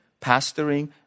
pastoring